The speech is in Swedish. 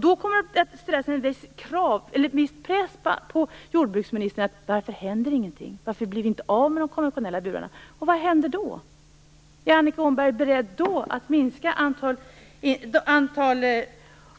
Då kommer det att sättas viss press på jordbruksministern: Varför händer det ingenting? Varför blir vi inte av med de konventionella burarna? Och vad händer då? Är Annika Åhnberg då beredd att minska antalet